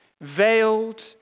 Veiled